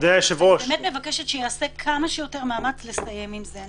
אני מבקשת שייעשה כמה שיותר מאמץ לסיים עם זה.